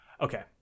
okay